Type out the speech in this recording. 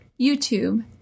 YouTube